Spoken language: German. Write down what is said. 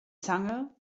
zange